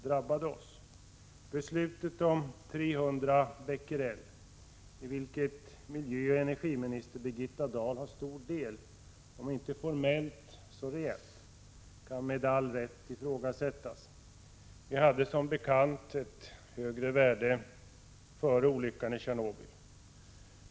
Beslutet om riktvärdet 300 Bq, i vilket miljöoch energiminister Birgitta Dahl har stor del — om inte formellt så dock reellt — kan med all rätt ifrågasättas. Vi hade som bekant ett högre värde före olyckan.